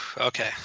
okay